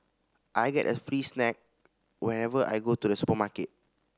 I get a free snack whenever I go to the supermarket